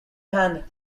hand